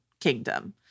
kingdom